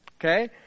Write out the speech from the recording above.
Okay